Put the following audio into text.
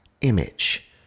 image